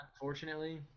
unfortunately